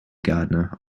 gardner